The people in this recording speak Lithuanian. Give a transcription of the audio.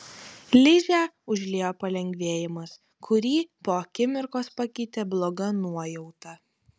ližę užliejo palengvėjimas kurį po akimirkos pakeitė bloga nuojauta